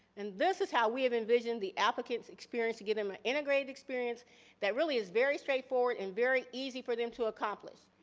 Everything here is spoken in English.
and this is how we um envisioned the applicant's experience to give them ah integrated experience that is very straightforward and very easy for them to accomplish.